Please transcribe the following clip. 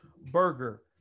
burger